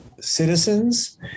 citizens